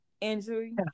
injury